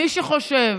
מי שחושב